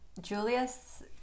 julius